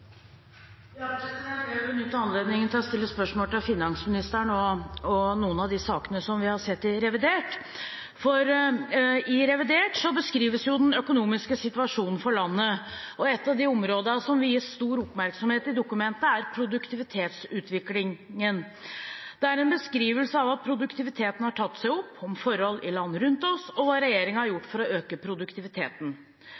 vi kommet til siste hovedspørsmål. Jeg vil benytte anledningen til å stille spørsmål til finansministeren om noen av de sakene som vi har sett i revidert. I revidert beskrives jo den økonomiske situasjonen for landet, og et av de områdene som vies stor oppmerksomhet i dokumentet, er produktivitetsutviklingen. Det er en beskrivelse av at produktiviteten har tatt seg opp, om forhold i land rundt oss og hva regjeringen har